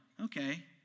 Okay